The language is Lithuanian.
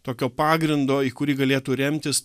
tokio pagrindo į kurį galėtų remtis